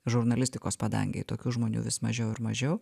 žurnalistikos padangėj tokių žmonių vis mažiau ir mažiau